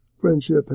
friendship